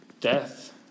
death